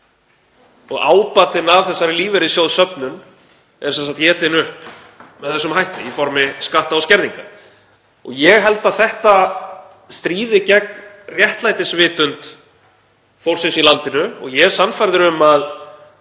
Og ábatinn af þessari lífeyrissjóðsöfnun er sem sagt étinn upp með þessum hætti í formi skatta og skerðinga. Ég held að þetta stríði gegn réttlætisvitund fólksins í landinu og ég er sannfærður um að